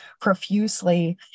profusely